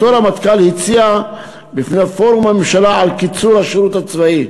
בהיותו רמטכ"ל הציע בפני פורום הממשלה את קיצור השירות הצבאי.